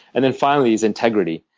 and and finally is integrity.